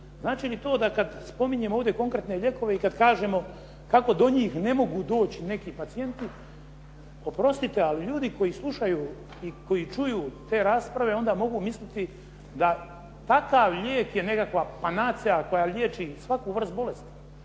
Znači li to da kad spominjemo ovdje konkretne lijekove i kad kažemo kako do njih ne mogu doći neki pacijenti, oprostite al ljudi koji slušaju i koji čuju te rasprave onda mogu misliti da takav lijek je nekakva panacija koja liječi svaku vrstu bolesti.